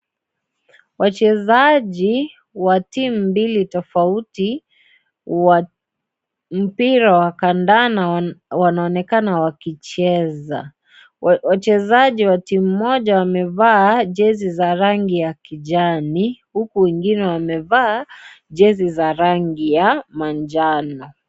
Wachezaji wa timu mbili tofauti wa mpira wa kandanda wanaonekana wakicheza. Wachezaji wa timu moja wamevaa jezi za rangi ya kijani huku wengi wamevaa jezi za rangi za manjano.